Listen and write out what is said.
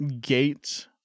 gate